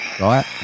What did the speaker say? Right